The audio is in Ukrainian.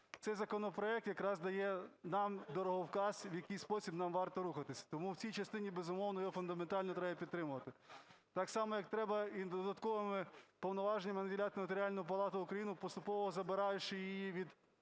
Цей законопроект якраз дає нам дороговказ, в який спосіб нам варто рухатись. Тому в цій частині, безумовно, його фундаментально треба підтримувати. Так само, як треба і додатковими повноваженнями наділяти Нотаріальну палату України, поступово забираючи її від